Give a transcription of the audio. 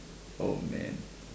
oh man